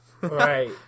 Right